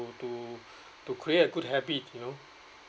to to create a good habit you know